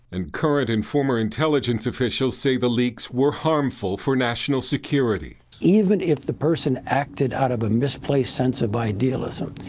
and current and former intelligence officials say the leaks were harmful for national security. even if the person acted out of a misplaced since of idealism,